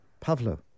Pavlo